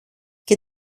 και